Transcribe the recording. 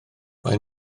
maen